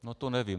No to nevím.